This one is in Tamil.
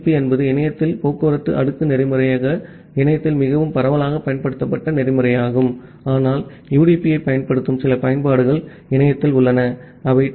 பி என்பது இணையத்தில் டிரான்ஸ்போர்ட் லேயர் புரோட்டோகால்யாக இணையத்தில் மிகவும் பரவலாக பயன்படுத்தப்பட்ட புரோட்டோகால்யாகும் ஆனால் யுடிபியைப் பயன்படுத்தும் சில பயன்பாடுகள் இணையத்தில் உள்ளன அவை டி